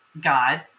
God